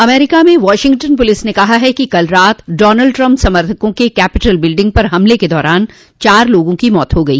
अमरीका में Washington police ने कहा है कि कल रात डॉनल्ड ट्रम्प समर्थकों के कैपिटल बिल्डिंग पर हमले के दौरान चार लोगों की मौत हो गई